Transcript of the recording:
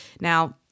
Now